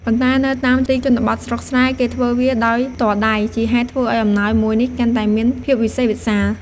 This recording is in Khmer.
ប៉ុន្តែនៅតាមទីជនបទស្រុកស្រែ គេធ្វើវាដោយផ្ទាល់ដៃ ជាហេតុធ្វើឱ្យអំណោយមួយនេះកាន់តែមានភាពវិសេសវិសាល។